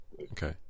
okay